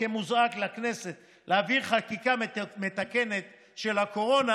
מוזעק לכנסת להעביר חקיקה מתקנת של הקורונה,